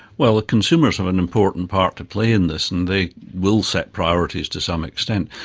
well, consumers have an important part to play in this and they will set priorities to some extent.